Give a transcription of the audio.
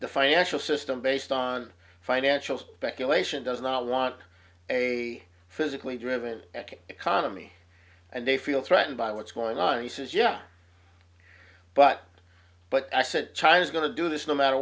the financial system based on financial speculation does not want a physically driven economy and they feel threatened by what's going on he says yeah but but i said china's going to do this no matter